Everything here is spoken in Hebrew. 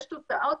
יש תוצאות,